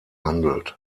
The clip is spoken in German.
handelt